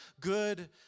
good